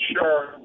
sure